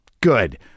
Good